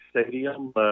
Stadium